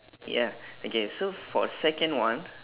ya okay so for second one